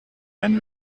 when